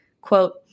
quote